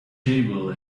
table